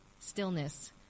stillness